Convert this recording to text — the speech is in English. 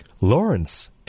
Lawrence